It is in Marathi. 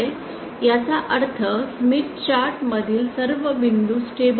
याचा अर्थ स्मिथ चार्ट मधील सर्व बिंदू स्टेबल आहेत